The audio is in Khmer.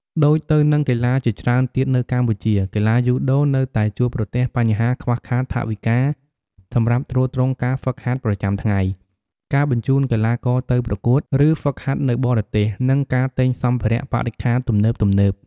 ដូចទៅនឹងកីឡាជាច្រើនទៀតនៅកម្ពុជា កីឡាយូដូនៅតែជួបប្រទះបញ្ហាខ្វះខាតថវិកាសម្រាប់ទ្រទ្រង់ការហ្វឹកហាត់ប្រចាំថ្ងៃ ការបញ្ជូនកីឡាករទៅប្រកួត ឬហ្វឹកហាត់នៅបរទេស និងការទិញសម្ភារៈបរិក្ខារទំនើបៗ ។